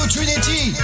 Trinity